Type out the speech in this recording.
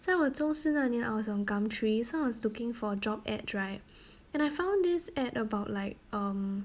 在我中四那年 I was on gumtree so I was looking for job ads right and I found this ad about like um